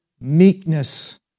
meekness